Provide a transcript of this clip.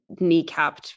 kneecapped